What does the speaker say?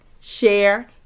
share